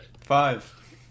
Five